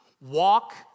walk